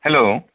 hello